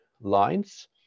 lines